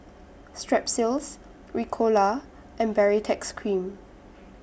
Strepsils Ricola and Baritex Cream